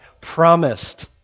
promised